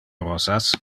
rosas